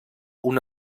una